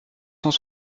cent